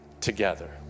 together